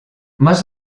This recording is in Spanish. más